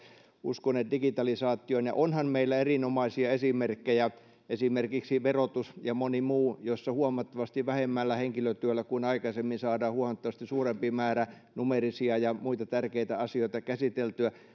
uskoneet digitalisaatioon ja onhan meillä erinomaisia esimerkkejä esimerkiksi verotus ja moni muu joissa huomattavasti vähemmällä henkilötyöllä kuin aikaisemmin saadaan huomattavasti suurempi määrä numeerisia ja muita tärkeitä asioita käsiteltyä